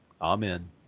Amen